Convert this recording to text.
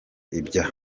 ibya